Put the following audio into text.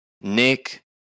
Nick